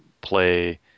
play